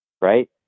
Right